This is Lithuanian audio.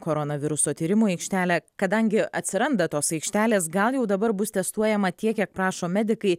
koronaviruso tyrimų aikštelė kadangi atsiranda tos aikštelės gal jau dabar bus testuojama tiek kiek prašo medikai